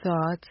thoughts